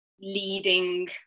leading